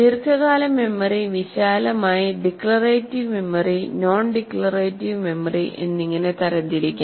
ദീർഘകാല മെമ്മറി വിശാലമായി declarative memory non declarative memory എന്നിങ്ങനെ തരംതിരിക്കാം